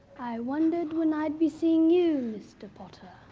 i wondered when i'd be seeing you, mr. potter.